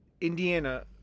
Indiana